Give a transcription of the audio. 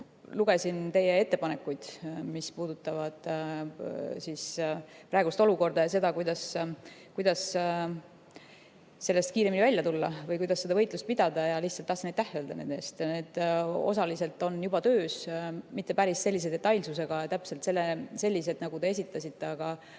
Lugesin teie ettepanekuid, mis puudutavad praegust olukorda ja seda, kuidas sellest kiiremini välja tulla või kuidas seda võitlust pidada, ja ma lihtsalt tahtsin aitäh öelda nende eest. Need on osaliselt juba töös. Mitte päris sellise detailsusega ja täpselt sellised, nagu te esitasite, aga